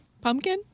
pumpkin